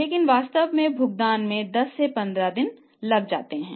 लेकिन वास्तविक भुगतान में 10 से 15 दिन लगेंगे